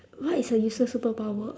what is a useless superpower